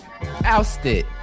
Ousted